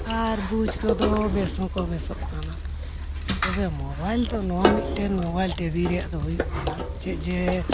ᱟᱨ ᱵᱩᱡᱽ ᱠᱚᱫᱚ ᱵᱮᱥ ᱦᱚᱸᱠᱚ ᱵᱮᱥᱚᱜ ᱠᱟᱱᱟ ᱛᱚᱵᱮ ᱢᱳᱵᱟᱭᱤᱞ ᱫᱚ ᱱᱚᱣᱟ ᱢᱤᱫᱴᱮᱱ ᱢᱳᱵᱟᱭᱤᱞ ᱴᱤᱵᱷᱤ ᱨᱮᱱᱟᱜ ᱫᱚ ᱦᱩᱭᱩᱜ ᱠᱟᱱᱟ ᱪᱮᱫ ᱡᱮ